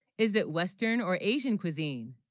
is it western or asian. cuisine